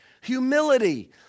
humility